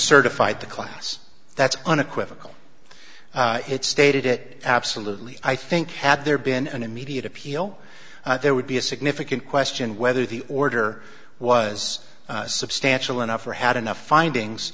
certified the class that's unequivocal it stated it absolutely i think had there been an immediate appeal there would be a significant question whether the order was substantial enough or had enough findings